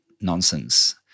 nonsense